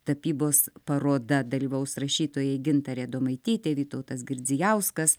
tapybos paroda dalyvaus rašytojai gintarė adomaitytė vytautas girdzijauskas